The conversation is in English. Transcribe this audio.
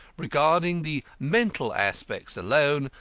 regarding the mental aspects alone,